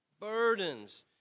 Burdens